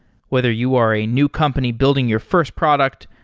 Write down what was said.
whether you are a new company building your first product,